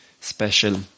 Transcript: special